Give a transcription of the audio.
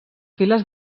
files